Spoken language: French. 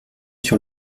sur